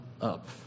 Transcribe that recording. up